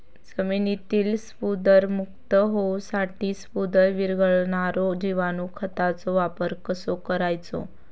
जमिनीतील स्फुदरमुक्त होऊसाठीक स्फुदर वीरघळनारो जिवाणू खताचो वापर कसो करायचो?